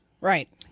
Right